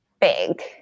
big